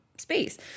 space